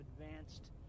advanced